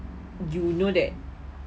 you know that